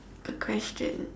a question